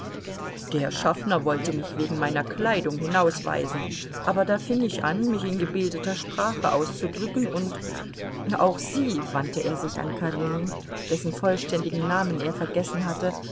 der schaffner wollte mich wegen meiner kleidung hinausweisen aber da fing ich an mich in gebildeter sprache auszudrücken und auch sie wandte er sich an karenin dessen vollständigen namen er vergessen hatte